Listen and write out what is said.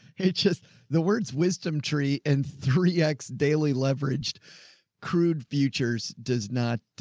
it. just the words wisdom tree and three x daily leveraged crude futures does not,